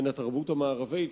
בין התרבות המערבית,